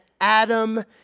Adam